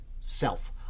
self